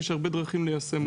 יש הרבה דרכים ליישם אותה.